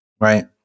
right